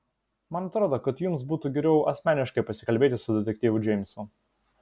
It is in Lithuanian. man atrodo kad jums būtų geriau asmeniškai pasikalbėti su detektyvu džeimsu